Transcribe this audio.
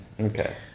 okay